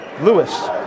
Lewis